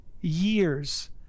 years